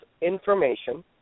information